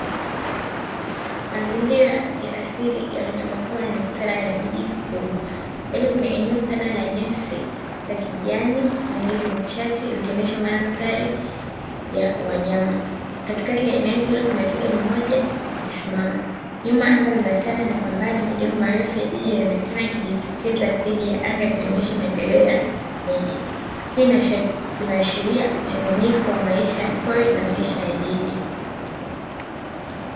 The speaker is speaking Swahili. Mazingira ya asili ya wanyamapori yamekutana na jiji kubwa, mbele kuna eneo pana la nyasi za kijani na miti michache ikionyesha mandhari ya wanyama, katikati ya eneo hilo kuna twiga mmoja akisimama, nyuma anga linatawala na kwa mbali majengo marefu ya jiji yakionekana kujitokeza dhidi ya anga yakionesha maendeleo ya miji, hii inaashiria mchanganyiko wa maisha ya pori na maisha ya jiji.